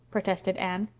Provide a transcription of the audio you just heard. protested anne.